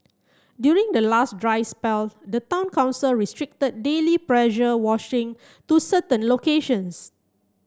during the last dry spell the town council restricted daily pressure washing to certain locations